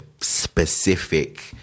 specific